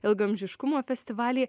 ilgaamžiškumo festivalį